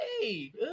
hey